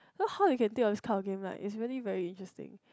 you know how you can think of this kind of game like is really very interesting